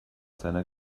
seiner